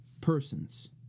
persons